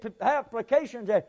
applications